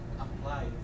applied